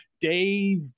Dave